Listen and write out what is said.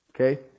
Okay